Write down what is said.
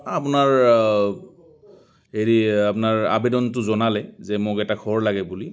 আপোনাৰ হেৰি আপোনাৰ আবেদনটো জনালে যে মোক এটা ঘৰ লাগে বুলি